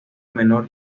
menor